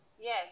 Yes